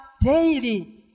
daily